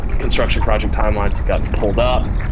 construction project timelines have gotten pulled up.